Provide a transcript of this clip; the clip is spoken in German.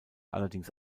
allerdings